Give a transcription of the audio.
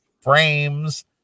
frames